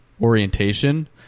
orientation